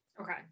Okay